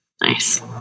Nice